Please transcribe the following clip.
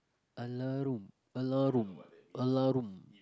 alarum alarum alarum